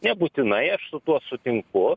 nebūtinai aš su tuo sutinku